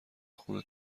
خون